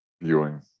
viewing